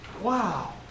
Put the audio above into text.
Wow